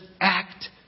act